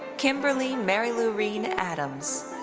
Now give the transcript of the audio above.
kimberly marilurene adams.